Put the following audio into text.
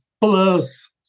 plus